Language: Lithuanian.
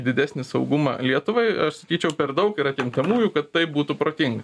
didesnį saugumą lietuvai aš sakyčiau per daug yra kintamųjų kad tai būtų protinga